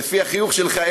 לפי החיוך שלך,